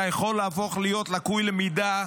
אתה יכול להפוך להיות לקוי למידה,